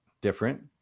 different